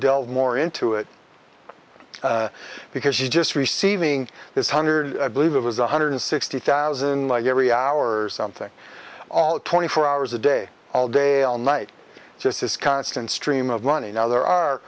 delve more into it because you just receiving this hundred i believe it was one hundred sixty thousand like every hour's something all twenty four hours a day all day all night just this constant stream of money now there are